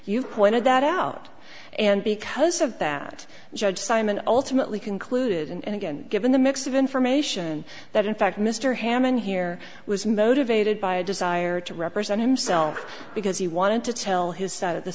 you've pointed that out and because of that judge simon ultimately concluded and again given the mix of information that in fact mr hamon here was motivated by a desire to represent himself because he wanted to tell his side of the